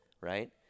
right